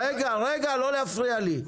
רגע, לא להפריע לי.